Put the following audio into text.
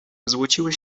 złociły